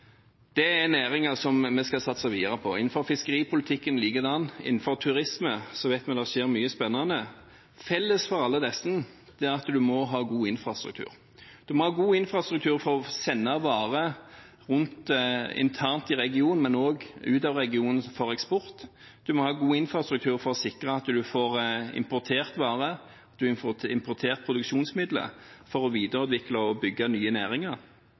Det er næringer som vi skal satse videre på. Innenfor fiskeripolitikken ligger det an til det, og innenfor turisme vet vi at det skjer mye spennende. Felles for alle disse er at en må ha god infrastruktur. En må ha god infrastruktur for å sende varer rundt internt i regionen, men også ut av regionen for eksport, og en må ha god infrastruktur for å sikre at en får importert varer og får importert produksjonsmidler for å videreutvikle og bygge nye næringer.